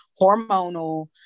hormonal